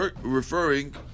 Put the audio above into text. referring